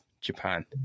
japan